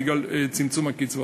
בגלל צמצום הקצבאות.